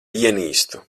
ienīstu